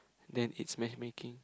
then it's matchmaking